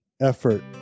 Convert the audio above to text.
effort